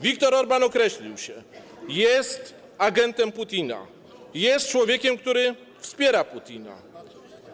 Wiktor Orbán określił się - jest agentem Putina, jest człowiekiem, który wspiera Putina.